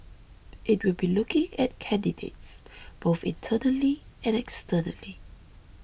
it will be looking at candidates both internally and externally